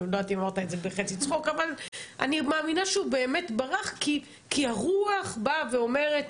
אני מאמינה שהוא באמת ברח כי הרוח באה ואומרת,